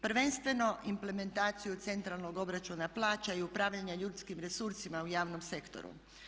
Prvenstveno implementaciju centralnog obračuna plaća i upravljanja ljudskim resursima u javnom sektoru.